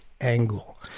angle